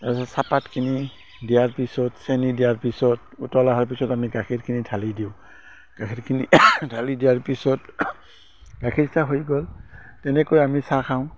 তাৰ পিছত চাহপাতখিনি দিয়াৰ পিছত চেনি দিয়াৰ পিছত উতল অহাৰ পিছত আমি গাখীৰখিনি ঢালি দিওঁ গাখীৰখিনি ঢালি দিয়াৰ পিছত গাখীৰ চাহ হৈ গ'ল তেনেকৈ আমি চাহ খাওঁ